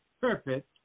Perfect